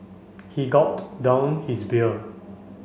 he gulped down his beer